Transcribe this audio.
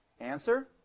Answer